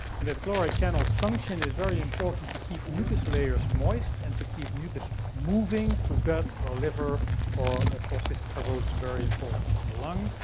and that chloride channel's function is very important to keep mucus layers moist and to keep mucus moving through gut or liver or, ah for cystic fibrosis, very important for the lung.